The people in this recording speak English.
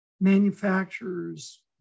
manufacturers